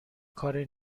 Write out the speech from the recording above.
کار